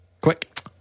Quick